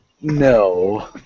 No